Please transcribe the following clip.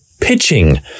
pitching